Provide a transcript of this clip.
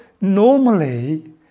normally